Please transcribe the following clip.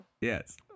Yes